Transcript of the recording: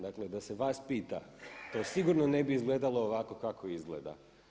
Dakle da se vas pita to sigurno ne bi izgledalo ovako kako izgleda.